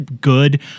good